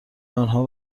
آنها